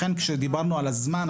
לכן כשדיברנו על הזמן,